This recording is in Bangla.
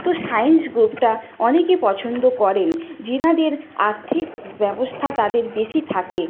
তো সায়েন্স গ্রুপটা অনেকে পছন্দ করেন যেনাদের আর্থিক ব্যবস্থা তাদের বেশি থাকে